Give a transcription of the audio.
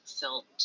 felt